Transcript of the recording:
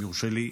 אם יורשה לי,